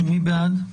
מי בעד?